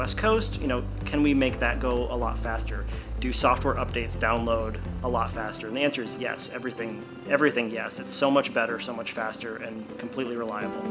west coast you know can we make that go a lot faster do software updates download a lot faster the answer's yes everything everything yes it's so much better so much faster and completely reliable